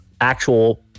actual